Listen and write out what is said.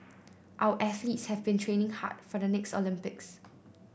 our athletes have been training hard for the next Olympics